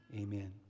amen